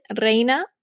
reina